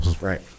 Right